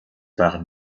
waren